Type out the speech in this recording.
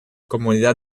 comunidad